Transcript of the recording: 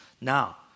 Now